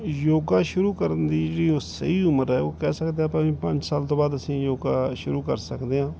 ਯੋਗਾ ਸ਼ੁਰੂ ਕਰਨ ਦੀ ਜਿਹੜੀ ਉਹ ਸਹੀ ਉਮਰ ਹੈ ਉਹ ਕਹਿ ਸਕਦੇ ਹਾਂ ਆਪਾਂ ਵੀ ਪੰਜ ਸਾਲ ਤੋਂ ਬਾਅਦ ਅਸੀਂ ਯੋਗਾ ਸ਼ੁਰੂ ਕਰ ਸਕਦੇ ਹਾਂ